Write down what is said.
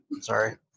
Sorry